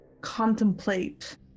contemplate